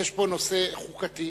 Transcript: יש פה נושא חוקתי